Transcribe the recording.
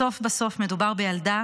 בסוף בסוף מדובר בילדה